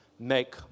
Make